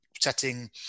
setting